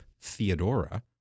Theodora